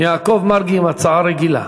יעקב מרגי, עם הצעה רגילה.